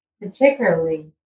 particularly